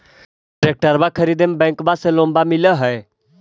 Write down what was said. ट्रैक्टरबा खरीदे मे बैंकबा से लोंबा मिल है?